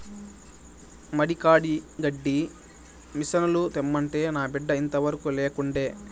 మడి కాడి గడ్డి మిసనుల తెమ్మంటే నా బిడ్డ ఇంతవరకూ లేకుండే